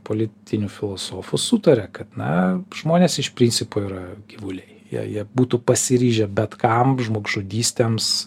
politinių filosofų sutaria kad na žmonės iš principo yra gyvuliai jie jie būtų pasiryžę bet kam žmogžudystėms